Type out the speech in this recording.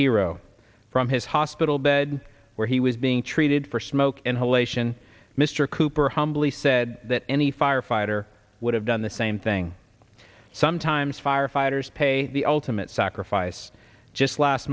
hero from his hospital bed where he was being treated for smoke inhalation mr cooper humbly said that any firefighter would have done the same thing sometimes firefighters pay the ultimate sacrifice just last